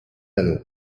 panneaux